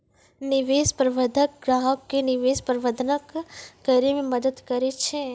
निवेश प्रबंधक ग्राहको के निवेश प्रबंधन करै मे मदद करै छै